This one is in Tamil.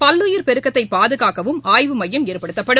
பல்லுயிர் பெருக்கத்தை பாதுகாக்கவும் ஆய்வு மையம் ஏற்படுத்தப்படும்